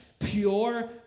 Pure